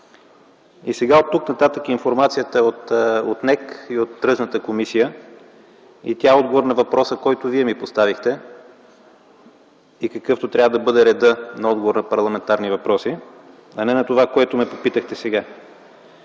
Сега следва информацията от НЕК и от Тръжната комисия. Тя е отговор на въпроса, който Вие ми поставихте и какъвто трябва да бъде редът на отговори на парламентарни въпроси, а не на това, което сега ме попитахте.